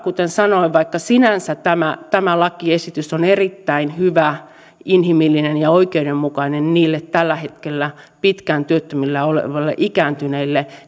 kuten sanoin vaikka sinänsä tämä tämä lakiesitys on erittäin hyvä inhimillinen ja oikeudenmukainen niille tällä hetkellä pitkään työttöminä olleille ikääntyneille